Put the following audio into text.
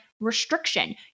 restriction